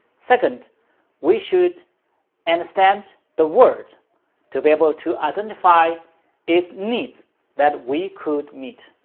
second we should understand the world to be able to identify its need that we could meet.